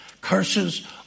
curses